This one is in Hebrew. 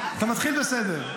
אתה מתחיל בסדר.